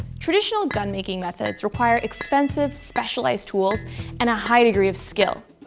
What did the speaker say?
traditional gun-making methods require expensive specialized tools and a high degree of skill.